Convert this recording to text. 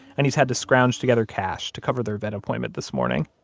and he's had to scrounge together cash to cover their vet appointment this morning